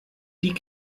die